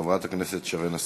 חברת הכנסת שרן השכל.